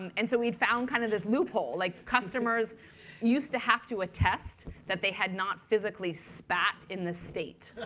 and and so we found kind of this loophole. like customers used to have to attest that they had not physically spat in the state.